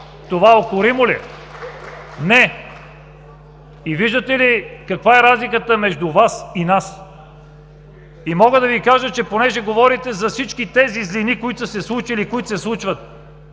Това укоримо ли е?! Не! И виждате ли каква е разликата между Вас и нас?! Мога да Ви кажа, че понеже говорите за всички тези злини, които са се случили и които се случват,